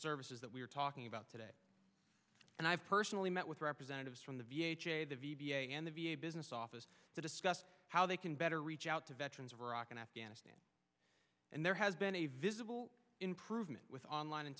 services that we are talking about today and i've personally met with representatives from the v a the v a and the v a business office to discuss how they can better reach out to veterans of iraq and afghanistan and there has been a visible improvement with online and